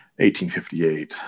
1858